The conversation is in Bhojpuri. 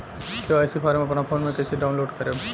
के.वाइ.सी फारम अपना फोन मे कइसे डाऊनलोड करेम?